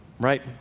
Right